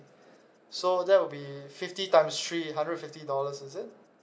so that will be fifty times three hundred fifty thousand dollars is it